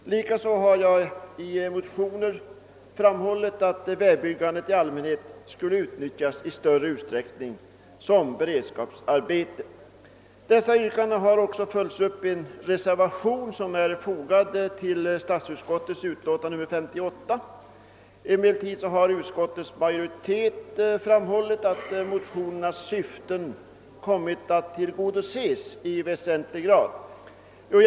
Likaså har jag i motioner framhållit att vägbyggandet i större utsträckning borde utnyttjas som beredskapsarbete. Detta yrkande har följts upp i en reservation som är fogad till statsutskottets utlåtande nr 58. Utskottsmajoriteten har emellertid framhållit att motionernas syften i väsentlig grad kommit att tillgodoses.